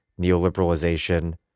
neoliberalization